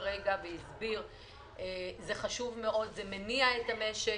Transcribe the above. זה מניע את המשק.